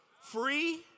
Free